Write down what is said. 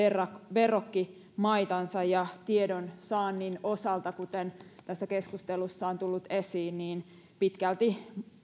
verrokkimaitansa ja tiedonsaannin osalta kuten tässä keskustelussa on tullut esiin pitkälti